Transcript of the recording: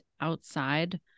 outside